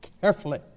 carefully